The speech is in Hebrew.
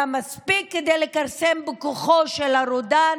זה היה מספיק כדי לכרסם בכוחו של הרודן.